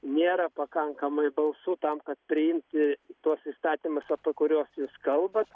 nėra pakankamai balsų tam kad priimti tuos įstatymus apie kuriuos jūs kalbat